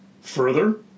Further